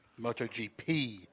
MotoGP